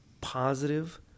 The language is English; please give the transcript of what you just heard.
positive